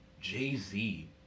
Jay-Z